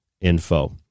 .info